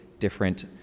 different